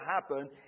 happen